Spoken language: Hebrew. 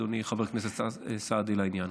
אדוני חבר הכנסת סעדי, בעניין.